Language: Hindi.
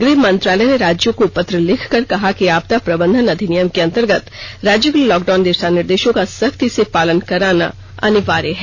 गृह मंत्रालय ने राज्यों को पत्र लिखकर कहा है कि आपदा प्रबंधन अधिनियम के अंतर्गत राज्यों के लिए लॉकडाउन दिशा निर्देशों का सख्ती से पालन करवाना अनिवार्य है